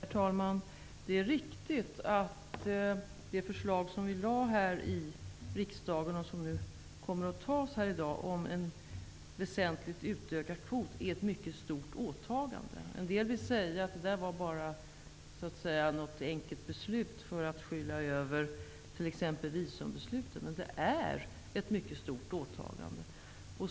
Herr talman! Det är riktigt att det förslag som regeringen har förelagt riksdagen -- och som riksdagen i dag kommer att bifalla -- om en väsentligt utökad kvot innebär ett stort åtagande. En del personer vill påstå att det är ett enkelt beslut för att skyla över t.ex. visumbeslutet, men det är ett mycket stort åtagande.